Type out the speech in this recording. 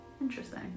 Interesting